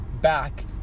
back